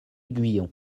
guyon